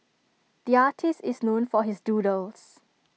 the artist is known for his doodles